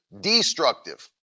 destructive